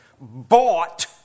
bought